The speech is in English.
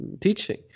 teaching